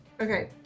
Okay